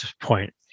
point